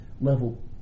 level